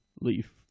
Leaf